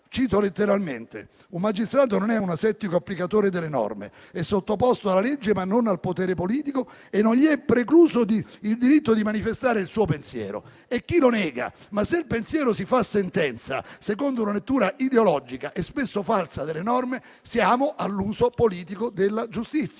giustizia: «Un magistrato non è un asettico applicatore delle norme. È sottoposto alla legge ma non al potere politico, e non gli è precluso il diritto di manifestare il suo pensiero». E chi lo nega? Ma se il pensiero si fa sentenza, secondo una lettura ideologica e spesso falsa delle norme, siamo all'uso politico della giustizia.